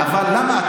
אבל למה?